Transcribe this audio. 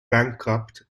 bankrupt